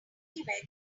anywhere